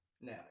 Now